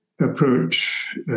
approach